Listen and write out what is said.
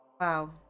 Wow